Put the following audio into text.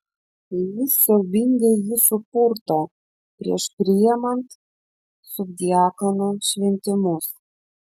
jis siaubingai jį supurto prieš priimant subdiakono šventimus